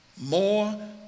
More